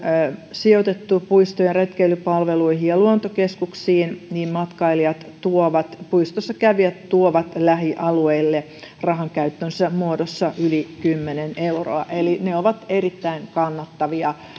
sijoitettu puisto ja retkeilypalveluihin ja luontokeskuksiin matkailijat tuovat puistossa kävijät tuovat lähialueille rahankäyttönsä muodossa yli kymmenen euroa eli ne ovat erittäin kannattavia